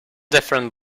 different